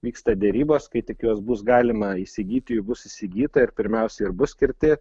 vyksta derybos kai tik juos bus galima įsigyti bus įsigyta ir pirmiausia ir bus skirti